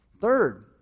Third